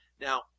Now